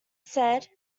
said